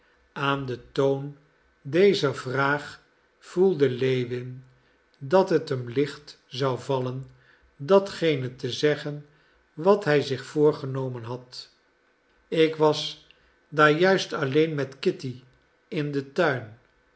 aan den toon dezer vraag voelde lewin dat het hem licht zou vallen datgene te zeggen wat hij zich voorgenomen had ik was daar juist alleen met kitty in den tuin